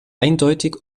eindeutig